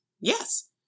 Yes